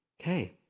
okay